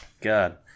God